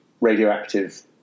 radioactive